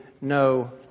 no